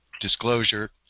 disclosure